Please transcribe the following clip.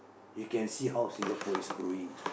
you can see how Singapore is growing